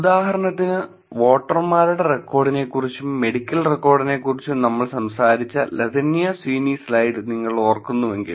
ഉദാഹരണത്തിന് വോട്ടർമാരുടെ റെക്കോർഡിനെക്കുറിച്ചും മെഡിക്കൽ റെക്കോർഡിനെക്കുറിച്ചും നമ്മൾ സംസാരിച്ച ലതന്യ സ്വീനി സ്ലൈഡ് നിങ്ങൾ ഓർക്കുന്നുവെങ്കിൽ